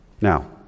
Now